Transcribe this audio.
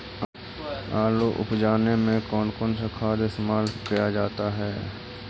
आलू उप जाने में कौन कौन सा खाद इस्तेमाल क्या जाता है?